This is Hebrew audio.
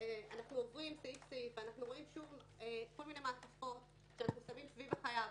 שוב כל מיני מעטפות שאנחנו שמים מסביב לחייב,